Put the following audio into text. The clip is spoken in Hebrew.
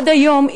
עד היום,